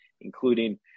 including